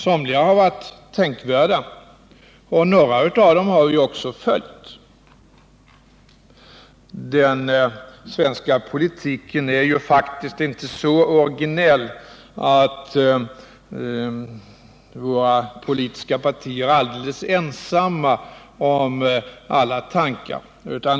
Somliga har varit tänkvärda, och några av dem har ju också följts. Den svenska politiken är faktiskt inte så originell att våra politiska partier är alldeles ensamma om alla tankar.